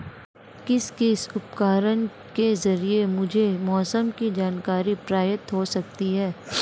किस किस उपकरण के ज़रिए मुझे मौसम की जानकारी प्राप्त हो सकती है?